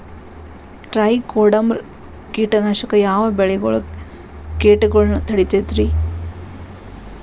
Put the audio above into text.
Trichoderma ಕೇಟನಾಶಕ ಯಾವ ಬೆಳಿಗೊಳ ಕೇಟಗೊಳ್ನ ತಡಿತೇತಿರಿ?